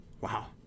Wow